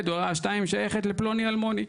ודירה שתיים שייכת לפלוני אלמוני.